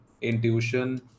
intuition